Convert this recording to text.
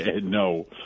No